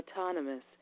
autonomous